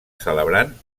celebrant